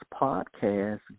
podcast